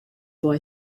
boy